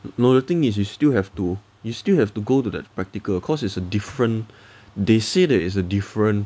you know the thing is you still have to you still have to go to that practical cause it's a different they say there is a different